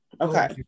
Okay